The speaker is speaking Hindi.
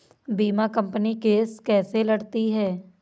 बीमा कंपनी केस कैसे लड़ती है?